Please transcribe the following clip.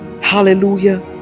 hallelujah